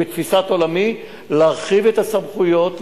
בתפיסת עולמי להרחיב את הסמכויות,